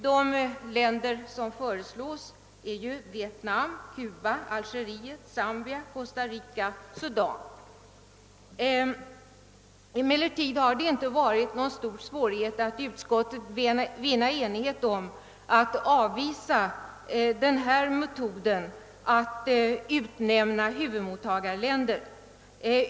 De länder som föreslås är Vietnam, Cuba, Algeriet, Zambia, Costa Rica och Sudan. Emellertid mötte det inte någon större svårighet att i utskottet vinna enighet om att avvisa den metoden att utnämna huvudmottagarländer.